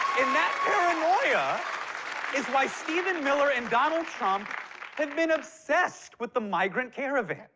that paranoia is why stephen miller and donald trump have been obsessed with the migrant caravan.